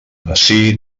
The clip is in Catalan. ací